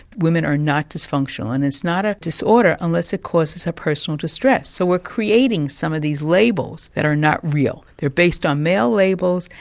women are not dysfunctional, and it's not a disorder unless it causes a personal distress. so we're creating some of these labels that are not real, they're based on male labels,